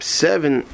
seven